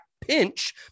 pinch